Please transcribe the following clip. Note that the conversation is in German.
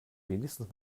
wenigstens